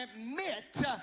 admit